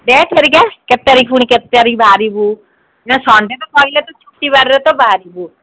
ଧେତତେରିକା କେତେ ତାରିଖ ପୁଣି କେତେ ତାରିଖ ବାହରିବୁ ନା ସଣ୍ଡେ ତ ପଡ଼ିଲେ ତ ଛୁଟି ବାରରେ ତ ବାହାରିବୁ